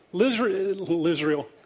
Israel